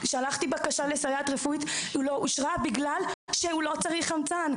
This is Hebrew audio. שלחתי בקשה לסייעת רפואית והיא לא אושרה בגלל שהוא לא צריך חמצן.